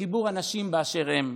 לחיבור אנשים באשר הם.